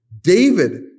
David